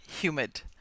humid